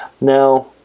Now